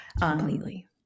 Completely